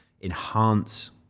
enhance